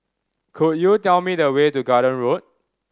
could you tell me the way to Garden Road